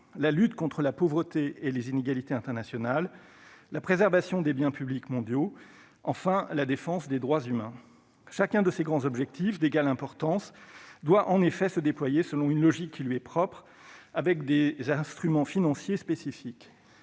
la lutte contre la pauvreté et les inégalités internationales ; la préservation des biens publics mondiaux ; la défense des droits humains. Chacun de ces grands objectifs, d'égale importance, doit se déployer selon une logique qui lui est propre, avec des instruments financiers spécifiques.